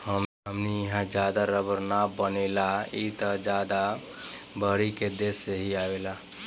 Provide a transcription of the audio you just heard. हमनी इहा ज्यादा रबड़ ना बनेला उ त ज्यादा बहरी के देश से ही आवेला